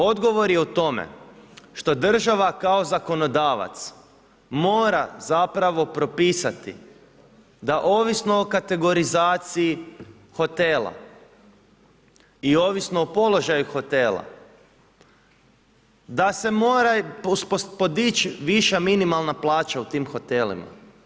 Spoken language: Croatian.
Odgovor je u tome, što država kao zakonodavac, mora zapravo propisati, da ovisno o kategorizaciji hotela, i ovisno o položaju hotela, da se moraju podići viša minimalna plaća u tim hotelima.